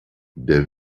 der